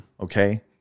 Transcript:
okay